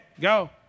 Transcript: go